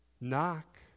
knock